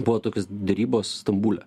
buvo tokios derybos stambule